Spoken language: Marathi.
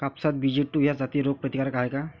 कपास बी.जी टू ह्या जाती रोग प्रतिकारक हाये का?